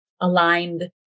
aligned